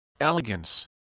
elegance